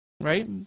right